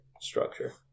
structure